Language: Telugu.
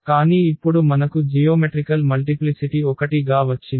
కానీ ఇప్పుడు మనకు జియోమెట్రికల్ మల్టిప్లిసిటి 1 గా వచ్చింది